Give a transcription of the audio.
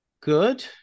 good